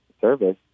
service